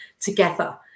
together